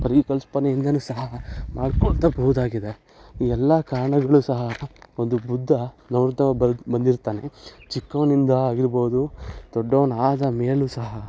ಪರಿಕಲ್ಪನೆಯಿಂದನು ಸಹ ಮಾಡ್ಕೊಳ್ಳಬಹುದಾಗಿದೆ ಈ ಎಲ್ಲ ಕಾರಣಗಳು ಸಹ ಒಂದು ಬುದ್ಧ ನೋಡ್ತಾ ಒಬ್ಬರ್ದು ಬಂದಿರ್ತಾನೆ ಚಿಕ್ಕವನಿಂದ ಆಗಿರ್ಬೋದು ದೊಡ್ಡವನು ಆದ ಮೇಲೂ ಸಹ